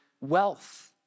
wealth